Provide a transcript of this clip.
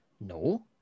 No